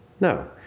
No